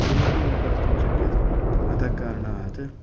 किमपि न कर्तुं शक्यते अतः कारणात्